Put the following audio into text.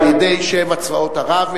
על-ידי שבעה צבאות ערב,